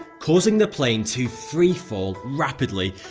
causing the plane to freefall rapidly,